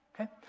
okay